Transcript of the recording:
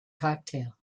cocktail